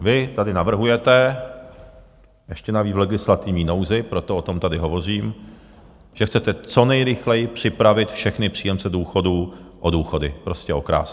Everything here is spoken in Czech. Vy tady navrhujete, ještě navíc v legislativní nouzi, proto o tom tady hovořím, že chcete co nejrychleji připravit všechny příjemce důchodu o důchody, prostě okrást je.